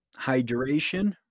hydration